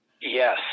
Yes